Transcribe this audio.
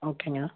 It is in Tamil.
ஓகேங்க